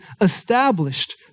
established